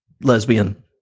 lesbian